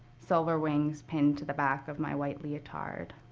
silver wings pinned to the back of my white leotard.